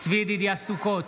צבי ידידיה סוכות,